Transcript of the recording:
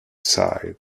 side